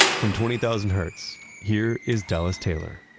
from twenty thousand hertz, here is dallas taylor